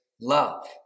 love